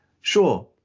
Sure